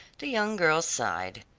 the young girl sighed.